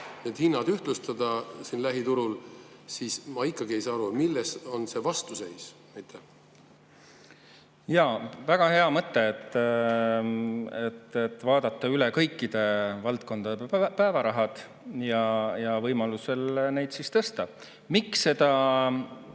lähiturul ühtlustada, siis ma ikkagi ei saa aru, milles on see vastuseis. Jaa. Väga hea mõte, et vaadata üle kõikide valdkondade päevarahad ja võimalusel neid tõsta. Miks seda